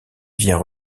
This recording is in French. vient